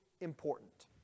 important